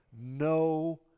no